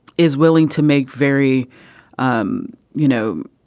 is willing to make very um you know